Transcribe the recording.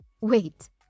Wait